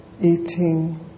eating